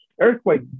Earthquake